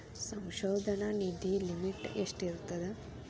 ಸಂಶೋಧನಾ ನಿಧಿ ಲಿಮಿಟ್ ಎಷ್ಟಿರ್ಥದ